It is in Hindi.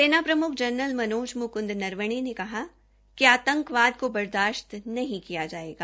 सेना प्रम्ख जनरल मनोज म्कृंद नरवणे ने कहा है कि आतंकवाद को बर्दाशत नहीं किया जायेगा